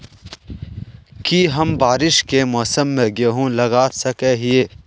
की हम बारिश के मौसम में गेंहू लगा सके हिए?